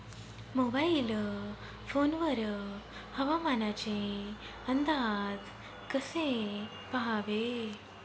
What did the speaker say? Mobile phone वर हवामानाचे अंदाज कसे पहावे?